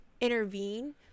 intervene